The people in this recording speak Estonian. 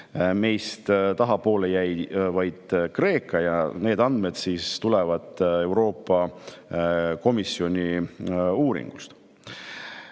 meist tahapoole jääb vaid Kreeka. Need andmed tulevad Euroopa Komisjoni uuringust.